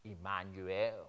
Emmanuel